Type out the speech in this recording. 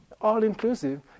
all-inclusive